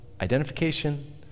identification